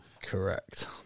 Correct